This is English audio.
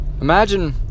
Imagine